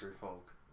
Folk